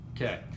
Okay